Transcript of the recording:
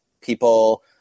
people